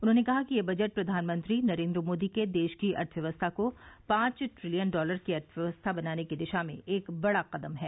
उन्होंने कहा कि यह बजट प्रधानमंत्री नरेन्द्र मोदी के देश की अर्थव्यवस्था को पांच ट्रिलियन डॉलर की अर्थव्यवस्था बनाने की दिशा में एक बड़ा कदम है